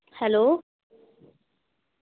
hello